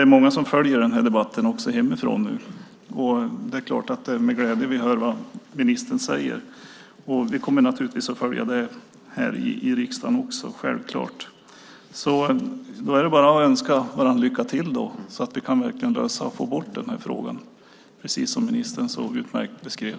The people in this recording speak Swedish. Många följer den här debatten hemifrån. Det är naturligtvis med glädje vi hör vad ministern säger. Vi kommer självklart att följa den här i riksdagen också. Det är bara att önska varandra lycka till så att vi kan lösa den här frågan och få bort den, som ministern så utmärkt beskrev.